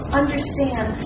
understand